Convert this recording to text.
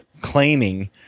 claiming